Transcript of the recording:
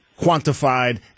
quantified